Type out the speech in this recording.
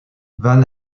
van